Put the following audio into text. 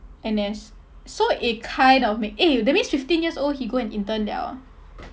N_S so it kind of make eh that means fifteen years old he go and intern liao